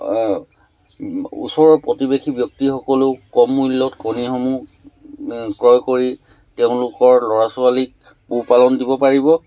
ওচৰৰ প্ৰতিবেশী ব্যক্তিসকলেও কম মূল্যত কণীসমূহ ক্ৰয় কৰি তেওঁলোকৰ ল'ৰা ছোৱালীক পোহপালন দিব পাৰিব